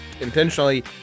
intentionally